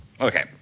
Okay